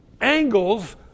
angles